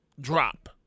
drop